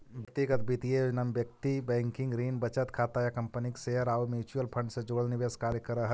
व्यक्तिगत वित्तीय योजना में व्यक्ति बैंकिंग, ऋण, बचत खाता या कंपनी के शेयर आउ म्यूचुअल फंड से जुड़ल निवेश कार्य करऽ हइ